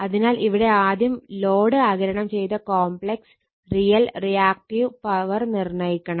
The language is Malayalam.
അതിനാൽ ഇവിടെ ആദ്യം ലോഡ് ആഗിരണം ചെയ്ത കോംപ്ലക്സ് റിയൽ റിയാക്ടീവ് പവർ നിർണ്ണയിക്കണം